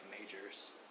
majors